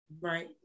Right